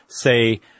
say